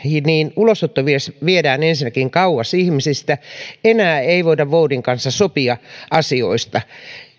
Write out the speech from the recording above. ulosottomies viedään ensinnäkin kauas ihmisistä ja enää ei voida voudin kanssa sopia asioista